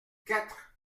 quatre